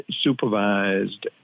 supervised